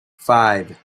five